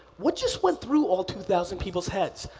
what just went through all two thousand people's heads?